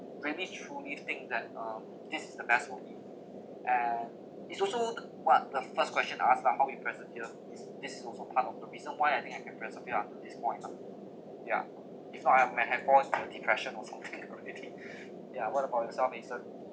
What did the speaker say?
I really truly think that um this is the best for me and it's also the what the first question I ask lah how you persevere this is also part of the reason also of why I think I can persevere up to this point lah ya if not I have might have fall into depression also already yeah what about yourself eason